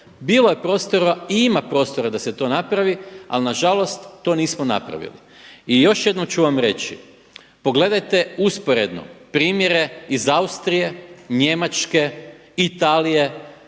Bilo je prostora i ima prostora da se to napravi ali nažalost to nismo napravili. I još jednom ću vam reći, pogledajte usporedno primjere iz Austrije, Njemačke, Italije,